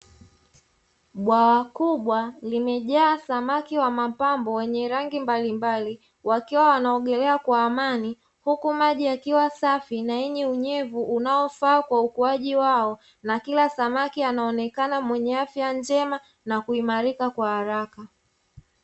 Bwawa kubwa limejaa samaki wa mapambo wenye rangi mbalimbali , wakiwa wanaogelea kwa amani , huku maji yakiwa safi na yenye unyevu unaofaa kwa ukuaji wao, na Kila samaki anaonekana mwenye afya njema na kuimarika kwa haraka .